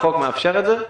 החוק מאפשר את זה,